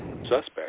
suspect